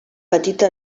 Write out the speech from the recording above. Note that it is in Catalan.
petita